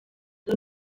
del